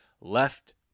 left